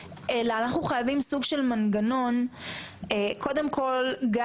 אלא אנחנו חייבים סוג של מנגנון קודם כל גם